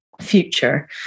future